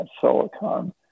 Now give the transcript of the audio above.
silicon